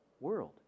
World